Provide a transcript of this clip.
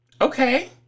Okay